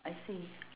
I see